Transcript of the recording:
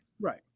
Right